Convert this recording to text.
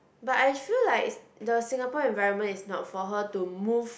but I sure like the Singapore environment is not for her to move